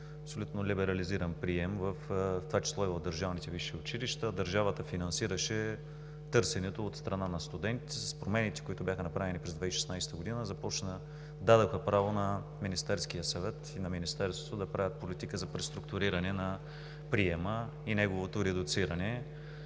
абсолютно либерализиран прием, в това число и в държавните висши училища, а държавата финансираше търсенето от страна на студените. Промените, които бяха направени през 2016 г., дадоха право на Министерския съвет и на Министерството да правят политика за преструктуриране на приема и неговото редуциране.